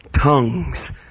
Tongues